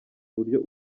buryo